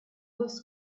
was